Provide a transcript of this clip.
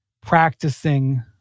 practicing